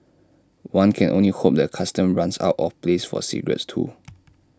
one can only hope the Customs runs out of place for cigarettes too